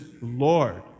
Lord